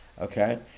okay